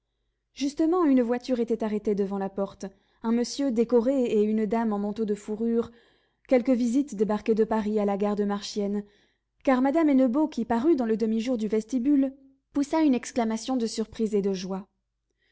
justement une voiture était arrêtée devant la porte un monsieur décoré et une dame en manteau de fourrure quelque visite débarquée de paris à la gare de marchiennes car madame hennebeau qui parut dans le demi-jour du vestibule poussa une exclamation de surprise et de joie